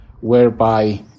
whereby